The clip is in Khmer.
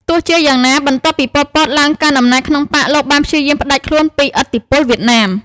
ទោះជាយ៉ាងណា បន្ទាប់ពី ប៉ុល ពត ឡើងកាន់អំណាចក្នុងបក្ស លោកបានព្យាយាមផ្ដាច់ខ្លួនពីឥទ្ធិពលវៀតណាម។